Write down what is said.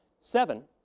seven.